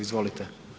Izvolite.